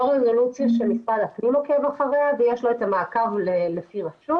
זו רזולוציה שאני יכולה לשים עוקב אחריה ויש לו את המעקב לפי רשות.